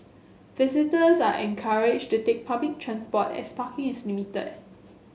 visitors are encouraged to take public transport as parking is limited